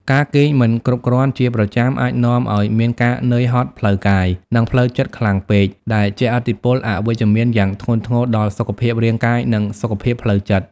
ការគេងមិនគ្រប់គ្រាន់ជាប្រចាំ អាចនាំឱ្យមានការនឿយហត់ផ្លូវកាយ និងផ្លូវចិត្តខ្លាំងពេក ដែលជះឥទ្ធិពលអវិជ្ជមានយ៉ាងធ្ងន់ធ្ងរដល់សុខភាពរាងកាយ និងសុខភាពផ្លូវចិត្ត។